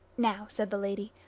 now, said the lady,